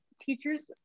teachers